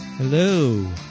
Hello